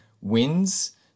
wins